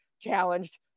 challenged